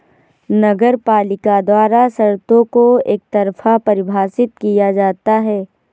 नगरपालिका द्वारा शर्तों को एकतरफा परिभाषित किया जाता है